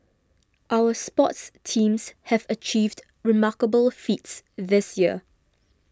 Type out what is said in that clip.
our sports teams have achieved remarkable feats this year